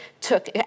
took